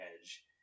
edge